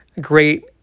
great